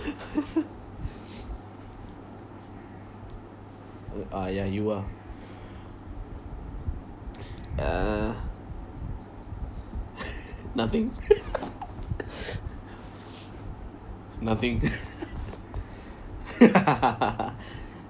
uh ah ya ah err nothing nothing